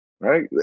Right